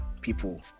people